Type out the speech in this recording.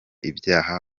ibyaha